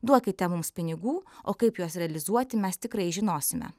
duokite mums pinigų o kaip juos realizuoti mes tikrai žinosime